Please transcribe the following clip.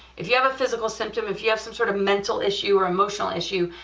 if you have a physical symptom, if you have some sort of mental issue or emotional issue,